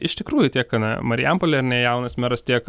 iš tikrųjų tiek na marijampolėj ar ne jaunas meras tiek